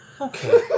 Okay